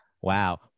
Wow